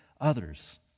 others